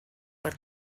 per